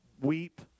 weep